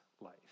life